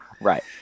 Right